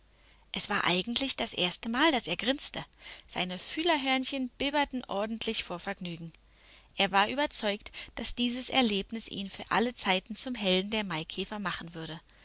es war eigentlich das erste mal daß er grinste seine fühlerhörnchen bibberten ordentlich vor vergnügen er war überzeugt daß dieses erlebnis ihn für alle zeiten zum helden der maikäfer machen würde